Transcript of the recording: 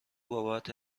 بابت